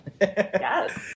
yes